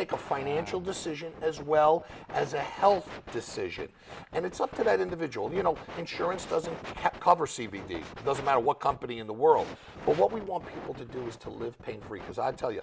make a financial decision as well as a health decision and it's up to that individual you know insurance doesn't cover c b d doesn't matter what company in the world but what we want people to do is to live pain free because i tell you